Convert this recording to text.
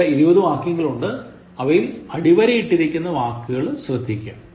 ഇവിടെ 20 വാക്യങ്ങളുണ്ട് അവയിൽ അടിവരയിട്ടിരിക്കുന്ന വാക്കുകൾ ശ്രദ്ധിക്കുക